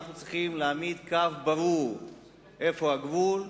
אנחנו צריכים להעמיד קו ברור איפה הגבול,